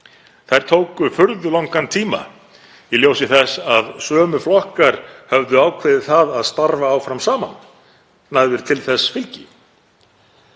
Þær tóku furðu langan tíma í ljósi þess að sömu flokkar höfðu ákveðið að starfa áfram saman, höfðu til þess fylgi.